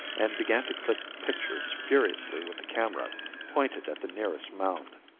and began to click pictures furiously with the camera pointed at the nearest mound.